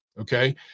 okay